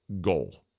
goal